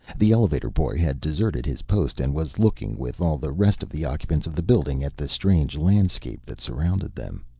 the elevator-boy had deserted his post and was looking with all the rest of the occupants of the building at the strange landscape that surrounded them.